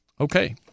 Okay